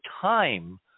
time